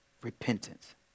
repentance